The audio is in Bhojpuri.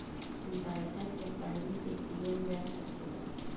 बरखा के पानी के पिअल जा सकेला